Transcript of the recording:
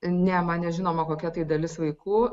ne man nežinoma kokia tai dalis vaikų